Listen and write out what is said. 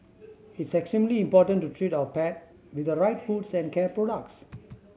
it's extremely important to treat our pet with the right foods and care products